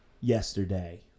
yesterday